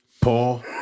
Paul